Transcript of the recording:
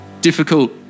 difficult